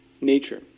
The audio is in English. nature